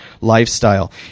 lifestyle